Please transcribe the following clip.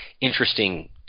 interesting